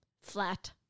flat